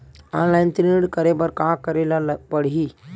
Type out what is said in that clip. Online ऋण करे बर का करे ल पड़हि?